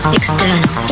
external